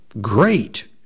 great